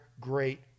great